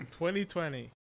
2020